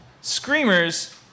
Screamers